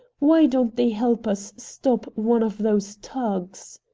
why don't they help us stop one of those tugs?